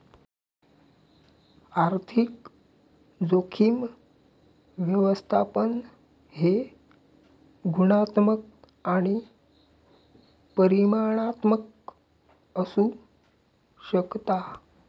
आर्थिक जोखीम व्यवस्थापन हे गुणात्मक आणि परिमाणात्मक असू शकता